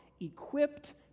equipped